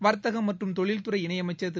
வர்த்தகம் மற்றும் தொழில்துறை இணையமைச்ச் திரு